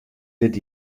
dit